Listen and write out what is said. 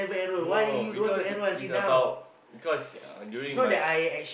no no because is about cause during my